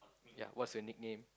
ya what's your nickname